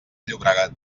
llobregat